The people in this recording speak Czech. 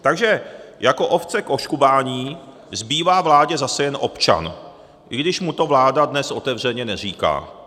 Takže jako ovce k oškubání zbývá vládě zase jen občan, i když mu to vláda dnes otevřeně neříká.